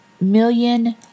million